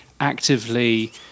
actively